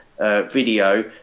Video